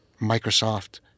microsoft